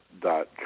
dot